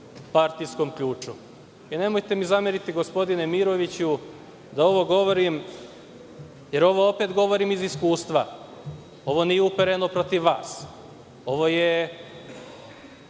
partijskom ključu. Nemojte mi zameriti, gospodine Miroviću, što ovo govorim, jer ovo govorim opet iz iskustva. Ovo nije upereno protiv vas. Ovo je